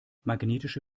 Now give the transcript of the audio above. magnetische